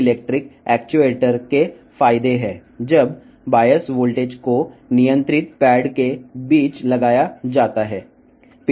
కాబట్టి నియంత్రించే ప్యాడ్ల మధ్య బయాస్ వోల్టేజ్ వర్తించినప్పుడు పిజోఎలెక్ట్రిక్ యాక్యుయేటర్ యొక్క ప్రయోజనాలు ఇవి